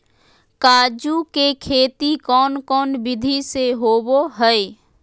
काजू के खेती कौन कौन विधि से होबो हय?